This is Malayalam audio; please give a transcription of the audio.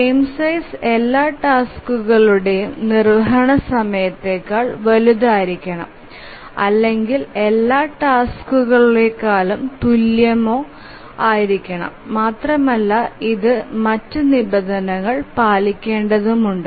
ഫ്രെയിം സൈസ് എല്ലാ ടാസ്ക്കുകളുടെയും നിർവ്വഹണ സമയത്തേക്കാൾ വലുതായിരിക്കണം അല്ലെങ്കിൽ എല്ലാ ടാസ്ക്കുകളേക്കാളും തുല്യമോ ആയിരിക്കണം മാത്രമല്ല ഇത് മറ്റ് നിബന്ധനകൾ പാലിക്കേണ്ടതുണ്ട്